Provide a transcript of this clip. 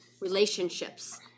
relationships